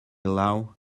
low